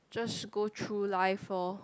just go through life loh